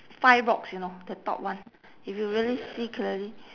five rocks you know the top one if you really see clearly